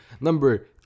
number